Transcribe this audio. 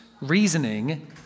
reasoning